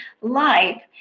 life